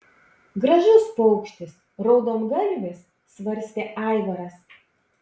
gražus paukštis raudongalvis svarstė aivaras